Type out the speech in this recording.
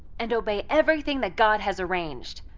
and obey everything that god has arranged.